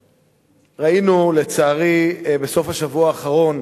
ראינו, לצערי, בסוף השבוע האחרון